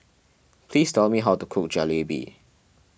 please tell me how to cook Jalebi